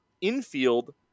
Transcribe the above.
infield